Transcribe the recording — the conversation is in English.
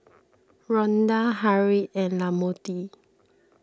Rhonda Harriet and Lamonte